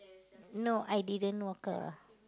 no I didn't walk ah